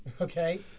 okay